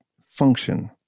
function